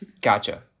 Gotcha